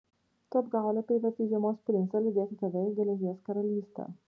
tu apgaule privertei žiemos princą lydėti tave į geležies karalystę